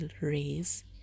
raise